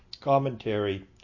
commentary